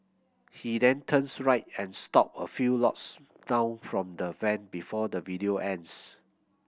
he then turns right and stop a few lots down from the van before the video ends